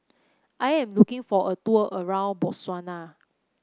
I am looking for a tour around Botswana